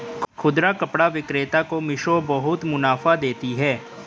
खुदरा कपड़ा विक्रेता को मिशो बहुत मुनाफा देती है